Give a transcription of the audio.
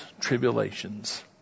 tribulations